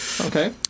Okay